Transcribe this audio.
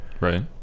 right